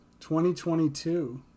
2022